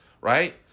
right